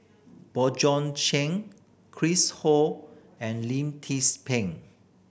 Bjorn Shen Chris Ho and Lim Tze Peng